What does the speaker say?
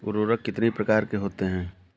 उर्वरक कितनी प्रकार के होते हैं?